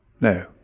No